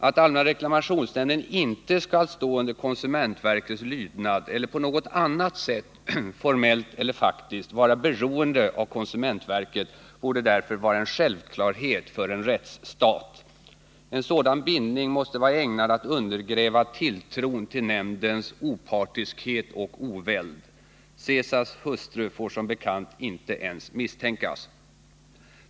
Att allmänna reklamationsnämnden inte skall stå under konsumentverkets lydnad eller på något annat sätt — formellt eller faktiskt — vara beroende av konsumentverket borde därför vara en självklarhet för en rättsstat. En sådan bindning måste vara ägnad att undergräva tilltron till nämndens opartiskhet och oväld — Caesars hustru får som bekant inte ens misstänkas.